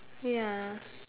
ya